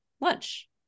lunch